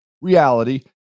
reality